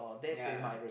ya